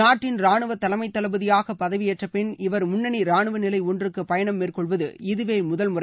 நாட்டின் ராணுவ தலைமை தளபதியாக பதவியேற்றபின் இவர் முன்னணி ராணுவ நிலை ஒன்றுக்கு பயணம் மேற்கொள்வது இதுவே முதல் முறை